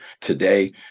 today